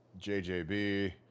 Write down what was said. JJB